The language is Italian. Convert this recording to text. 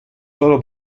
solo